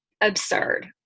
absurd